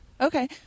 Okay